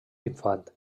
infant